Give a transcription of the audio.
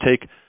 take